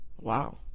Wow